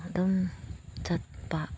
ꯑꯗꯨꯝ ꯆꯠꯄ